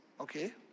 okay